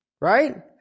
Right